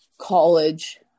college